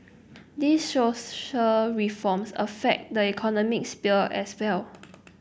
these social reforms affect the economic sphere as well